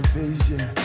vision